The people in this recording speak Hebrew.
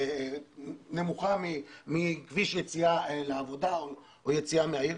נמוכה מכביש יציאה לעבודה או יציאה מהעיר,